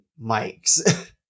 mics